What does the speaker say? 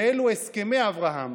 ואלו הסכמי אברהם,